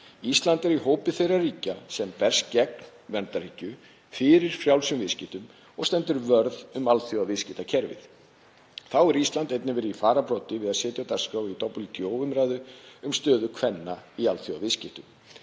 Ísland er í hópi þeirra ríkja sem berjast gegn verndarhyggju fyrir frjálsum viðskiptum og standa vörð um alþjóðaviðskiptakerfið. Þá hefur Ísland einnig verið í fararbroddi við að setja á dagskrá WTO umræðu um stöðu kvenna í alþjóðaviðskiptum.